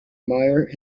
myer